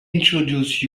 introduce